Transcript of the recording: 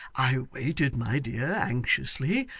i waited, my dear, anxiously,